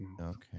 Okay